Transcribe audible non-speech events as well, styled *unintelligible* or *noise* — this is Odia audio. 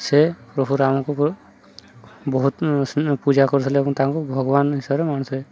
ସେ ପ୍ରଭୁ ରାମକୁ *unintelligible* ବହୁତ ପୂଜା କରିୁଥିଲେ ଏବଂ ତାଙ୍କୁ ଭଗବାନ ହିସାବରେ ମାନୁଥିଲେ